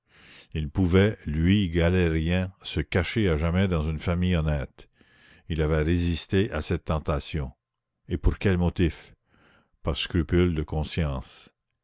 il pouvait lui galérien se cacher à jamais dans une famille honnête il avait résisté à cette tentation et pour quel motif par scrupule de conscience